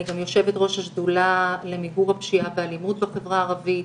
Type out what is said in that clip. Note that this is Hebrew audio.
אני גם יושבת-ראש השדולה למיגור הפשיעה והאלימות בחברה הערבית.